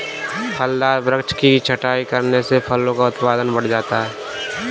फलदार वृक्ष की छटाई करने से फलों का उत्पादन बढ़ जाता है